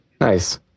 nice